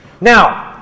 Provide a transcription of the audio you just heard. Now